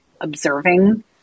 observing